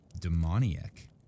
Demoniac